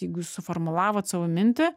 jeigu jūs suformulavot savo mintį